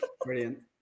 brilliant